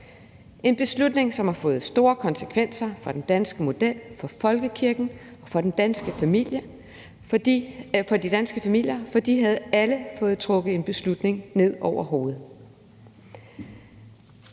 en beslutning, som har fået store konsekvenser for den danske model, for folkekirken og for de danske familier, for de har alle fået trukket en beslutning ned over hovedet.